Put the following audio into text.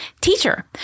Teacher